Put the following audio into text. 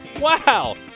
Wow